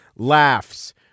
laughs